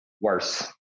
worse